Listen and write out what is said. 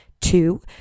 Two